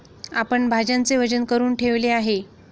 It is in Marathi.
आपण भाज्यांचे वजन करुन ठेवले आहे